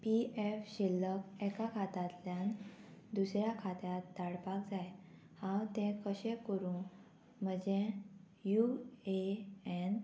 P F शिल्लक एका खातातल्यान दुसऱ्या खात्यांत धाडपाक जाय हांव तें कशें करूं म्हजें यू ए एन